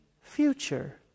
future